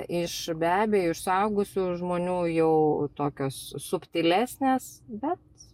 iš be abejo iš suaugusių žmonių jau tokios subtilesnės bet